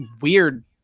weird